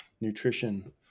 nutrition